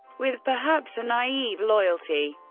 with perhaps a naive loyalty.